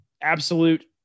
absolute